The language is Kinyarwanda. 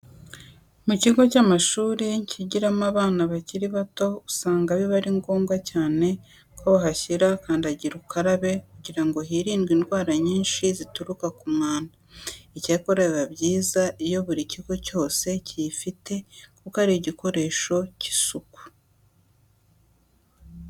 Mu kigo cy'amashuri kigiramo abana bakiri bato usanga biba ari ngombwa cyane ko bahashyira kandagira ukarabe kugira ngo hirindwe indwara nyinshi zituruka ku mwanda. Icyakora biba byiza iyo buri kigo cyose kiyifite kuko ari igikoresho cy'isuku.